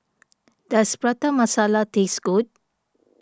does Prata Masala taste good